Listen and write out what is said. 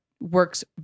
works